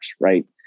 Right